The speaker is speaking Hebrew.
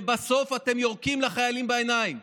ובסוף אתם יורקים לחיילים בעיניים?